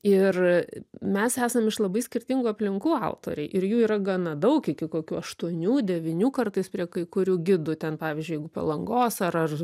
ir mes esam iš labai skirtingų aplinkų autoriai ir jų yra gana daug iki kokių aštuonių devynių kartais prie kai kurių gidų ten pavyzdžiui jeigu palangos ar ar